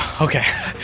Okay